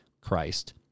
Christ